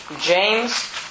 James